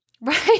Right